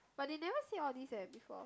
but they never say all these eh before